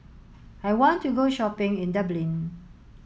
I want to go shopping in Dublin